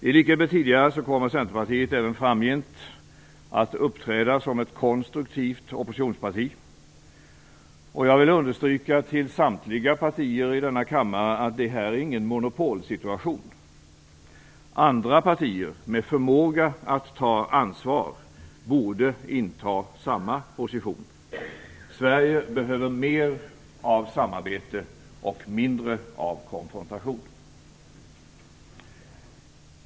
I likhet med tidigare kommer Centerpartiet även framgent att uppträda som ett konstruktivt oppositionsparti. Jag vill understryka till samtliga partier i denna kammare att det här inte är någon monopolsituation. Andra partier med förmåga att ta ansvar borde inta samma position. Sverige behöver mer av samarbete och mindre av konfrontation.